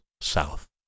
south